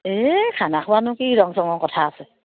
এই খানা খোৱানো কি ৰং চঙৰ কথা আছে